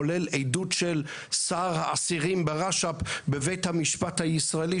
כולל עדות של שר האסירים ברש"פ בבית המשפט הישראלי,